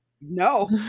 No